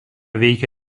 veikė